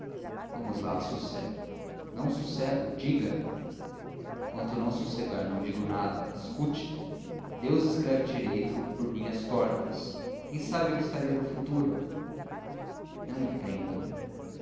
vamos lá sossegue não sossego diga enquanto não sossegar não digo nada escute deus escreve direito por linhas tortas quem sabe o que estaria no futuro não entendo